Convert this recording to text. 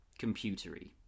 computery